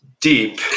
deep